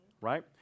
right